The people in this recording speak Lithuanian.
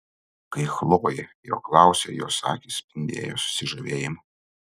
kai chlojė jo klausėsi jos akys spindėjo susižavėjimu